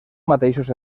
mateixos